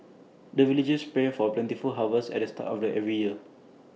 the villagers pray for plentiful harvest at the start of the every year